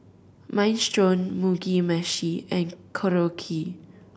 Minestrone Mugi Meshi and Korokke